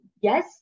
yes